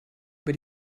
über